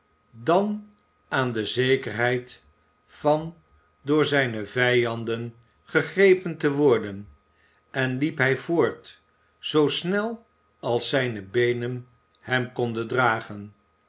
dan aan de zekerheid van door zijne vijanden gegrepen te worden en liep hij voort zoo snel als zijne beenen hem konden dragen